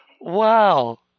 Wow